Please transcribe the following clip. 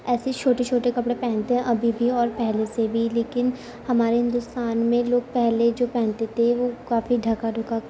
ایسے ہی چھوٹے چھوٹے کپڑے پہنتے ہیں ابھی بھی اور پہلے سے بھی لیکن ہمارے ہندوستان میں لوگ پہلے جو پہنتے تھے وہ کافی ڈھکا ڈھکا